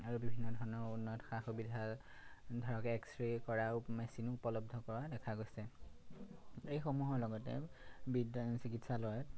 আৰু বিভিন্ন ধৰণৰ উন্নত সা সুবিধা ধৰক এক্সৰে কৰা মেচিনো উপলব্ধ কৰা দেখা গৈছে এইসমূহৰ লগতে বিদ্যা চিকিৎসালয়ত